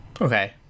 Okay